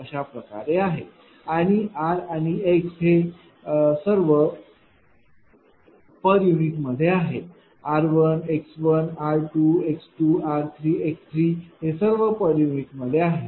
अशा प्रकारे आहेत आणि r आणि x हे सर्व पर युनिट मध्ये आहेत r x r x r x हे सर्व पर युनिट मध्ये आहेत